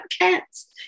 cats